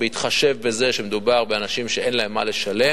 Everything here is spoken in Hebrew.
בהתחשב בזה שמדובר באנשים שאין להם מה לשלם,